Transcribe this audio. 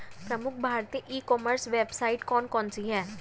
प्रमुख भारतीय e commerce website कौन कौन सी हैं?